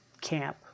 camp